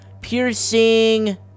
piercing